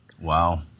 Wow